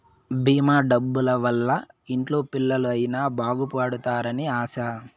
భీమా డబ్బుల వల్ల ఇంట్లో పిల్లలు అయిన బాగుపడుతారు అని ఆశ